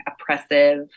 oppressive